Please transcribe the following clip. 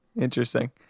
Interesting